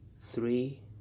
three